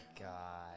God